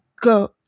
go